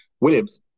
Williams